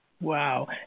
Wow